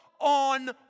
on